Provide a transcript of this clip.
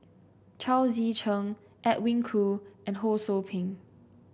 Chao Tzee Cheng Edwin Koo and Ho Sou Ping